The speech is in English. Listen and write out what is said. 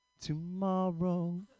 tomorrow